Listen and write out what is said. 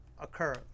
occur